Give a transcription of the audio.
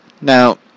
Now